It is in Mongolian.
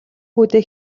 хүүдээ